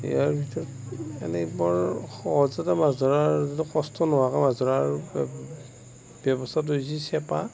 ইয়াৰ ভিতৰত এনে বৰ সহজতে মাছ ধৰাৰ কষ্ট নোহোৱাকৈ মাছ ধৰাৰ ব্যৱস্থাতো হৈছে চেপা